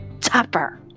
Tupper